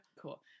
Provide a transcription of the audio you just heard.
Cool